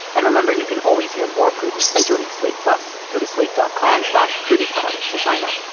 and remember, you can always hear more prudence by joining slate plus, go to slate dot com slash pretty pod to sign up.